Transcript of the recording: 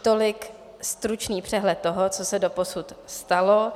Tolik stručný přehled toho, co se doposud stalo.